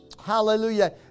Hallelujah